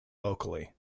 locally